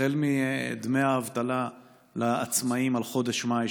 החל מדמי האבטלה לעצמאים על חודש מאי,